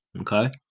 okay